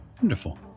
Wonderful